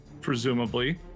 Presumably